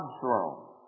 throne